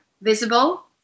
visible